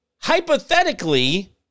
Hypothetically